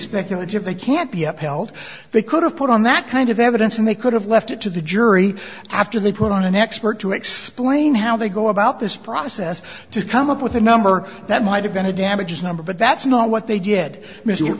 speculative they can be upheld they could have put on that kind of evidence and they could have left it to the jury after they put on an expert to explain how they go about this process to come up with a number that might have been to damages number but that's not what they did m